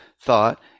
thought